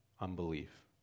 unbelief